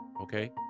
okay